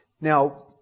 Now